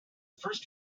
first